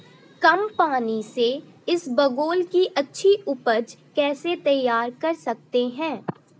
कम पानी से इसबगोल की अच्छी ऊपज कैसे तैयार कर सकते हैं?